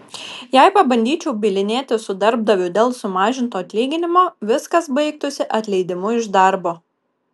jei pabandyčiau bylinėtis su darbdaviu dėl sumažinto atlyginimo viskas baigtųsi atleidimu iš darbo